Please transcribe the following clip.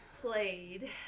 played